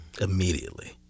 immediately